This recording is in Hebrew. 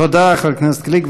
תודה, חבר הכנסת גליק.